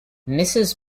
mrs